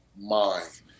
mind